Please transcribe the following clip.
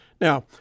Now